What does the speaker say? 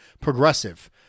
progressive